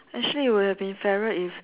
actually it would have been fairer if